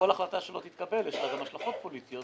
לכל החלטה שלא תתקבל יש גם השלכות פוליטיות.